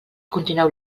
continueu